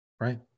Right